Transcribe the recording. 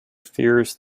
fears